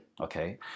okay